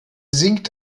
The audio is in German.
singt